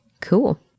Cool